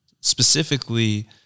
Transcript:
specifically